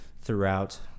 throughout